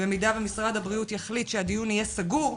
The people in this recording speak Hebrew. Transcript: במידה ומשרד הבריאות יחליט שהדיון יהיה סגור,